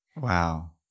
Wow